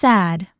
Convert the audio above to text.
Sad